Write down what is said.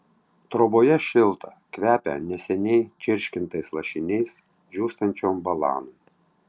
troboje šilta kvepia neseniai čirškintais lašiniais džiūstančiom balanom